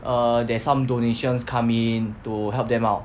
err there's some donations come in to help them out